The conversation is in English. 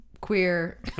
queer